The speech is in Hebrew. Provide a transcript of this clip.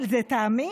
לטעמי,